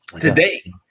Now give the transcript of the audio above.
today